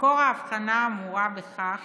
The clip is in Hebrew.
מקור ההבחנה אמור בכך